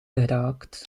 geraakt